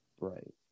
Right